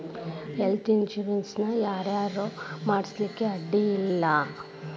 Health insurance ನ ಯಾರ್ ಯಾರ್ ಮಾಡ್ಸ್ಲಿಕ್ಕೆ ಅಡ್ಡಿ ಇಲ್ಲಾ?